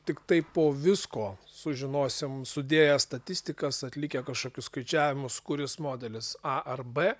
tiktai po visko sužinosim sudėję statistikas atlikę kažkokius skaičiavimus kuris modelis a ar b